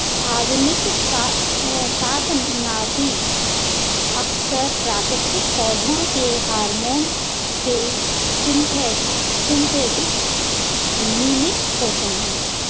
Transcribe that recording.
आधुनिक शाकनाशी अक्सर प्राकृतिक पौधों के हार्मोन के सिंथेटिक मिमिक होते हैं